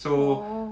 oh